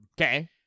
Okay